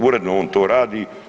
Uredno on to radi.